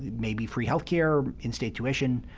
maybe free health care, in-state tuition,